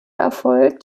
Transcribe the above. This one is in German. erfolgt